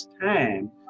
time